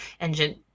engine